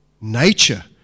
nature